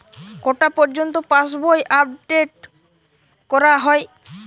কটা পযর্ন্ত পাশবই আপ ডেট করা হয়?